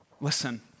Listen